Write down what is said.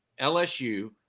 LSU